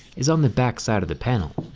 is on the back side of the panel.